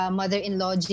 mother-in-law